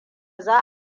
za